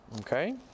Okay